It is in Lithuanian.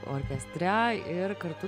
orkestre ir kartu